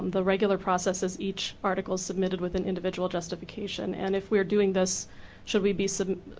um the regular process of each article submit with an individual justification. and if we're doing this should we be